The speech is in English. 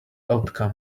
outcome